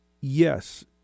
Yes